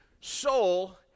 soul